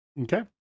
Okay